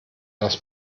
das